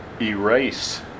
erase